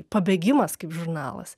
pabėgimas kaip žurnalas